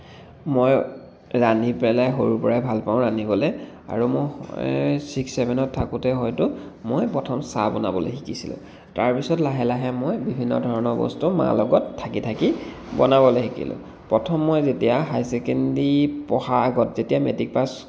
মই ৰান্ধি পেলাই সৰুৰ পৰাই ভাল পাওঁ ৰান্ধিবলৈ আৰু মই ছিক্স চেভেনত থাকোঁতে হয়তো মই প্ৰথম চাহ বনাবলৈ শিকিছিলোঁ তাৰ পিছত লাহে লাহে মই বিভিন্ন ধৰণৰ বস্তু মাৰ লগত থাকি থাকি বনাবলৈ শিকিলোঁ প্ৰথম মই যেতিয়া হাই ছেকেণ্ডাৰী পঢ়া আগত যেতিয়া মেট্ৰিক পাছ